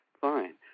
fine